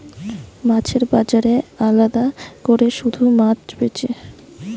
মাছের বাজারে আলাদা কোরে শুধু মাছ বেচে